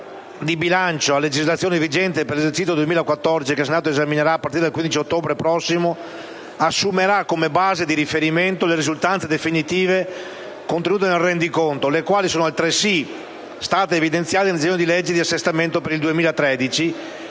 di bilancio a legislazione vigente per l'esercizio 2014, che il Senato esaminerà a partire dal 15 ottobre prossimo, assumerà quale base di riferimento le risultanze definitive contenute nel rendiconto, le quali sono state altresì evidenziate nel disegno di legge di assestamento per il 2013,